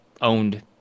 owned